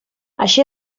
així